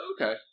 okay